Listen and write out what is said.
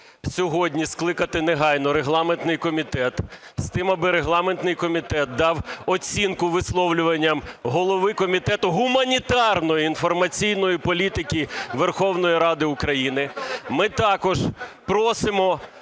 сьогодні скликати негайно регламентний комітет з тим, аби регламентний комітет дав оцінку висловлюванням голови Комітету гуманітарної та інформаційної політики Верховної Ради України. Ми також просимо